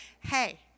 hey